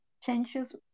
changes